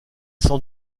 sans